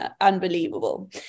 unbelievable